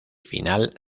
final